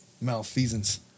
malfeasance